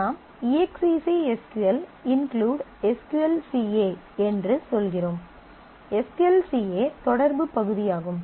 நாம் E X E C S Q L include S Q L C A என்று சொல்கிறோம் S Q L C A தொடர்பு பகுதியாகும்